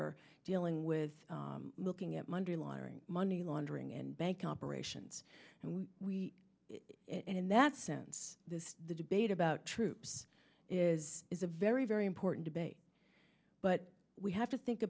are dealing with looking at monday laundering money laundering and bank operations and we in that sense the debate about troops is is a very very important debate but we have to think